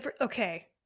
Okay